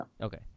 Okay